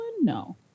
No